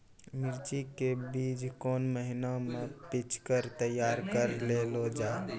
मिर्ची के बीज कौन महीना मे पिक्चर तैयार करऽ लो जा?